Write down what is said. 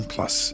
Plus